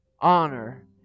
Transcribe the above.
honor